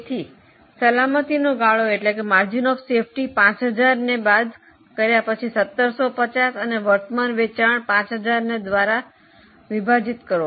તેથી સલામતી નો ગાળો 5000 બાદ 1750 અને વર્તમાન વેચાણ 5000 દ્વારા વિભાજીત કરો